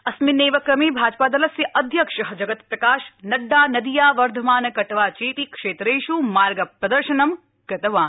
अस्मिननेव क्रमे भाजपा दलस्य अध्यक्ष जगत्प्रकाश नड़डा नदिया वर्धमान कटवा चेति क्षेत्रेष् मार्गप्रदर्शनं क्रतवान्